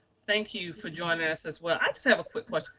thank you for joining us as well. i just have a quick question.